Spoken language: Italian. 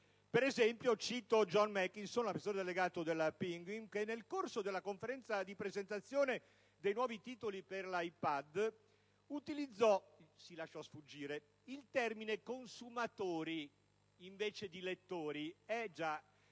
dei guai in vista. John Makinson, amministratore delegato della Penguin, che nel corso della conferenza di presentazione dei nuovi titoli per iPad, utilizzò - anzi, si lasciò sfuggire - il termine «consumatori» invece di «lettori».